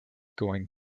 going